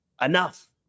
enough